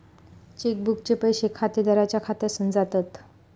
check बुकचे पैशे खातेदाराच्या खात्यासून जातत